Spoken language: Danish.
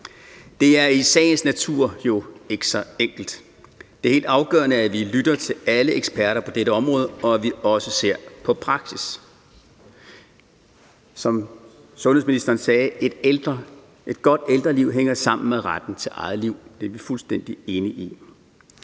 Det er i sagens natur ikke så enkelt. Det er helt afgørende, at vi lytter til alle eksperter på dette område, og at vi også ser på praksis. Som sundhedsministeren sagde: Et godt ældreliv hænger sammen med retten til eget liv. Det er vi fuldstændig enige i.